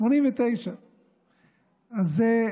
1989. זאת